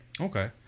okay